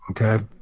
okay